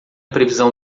previsão